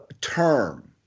term